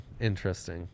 interesting